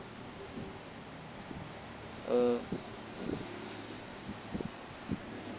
uh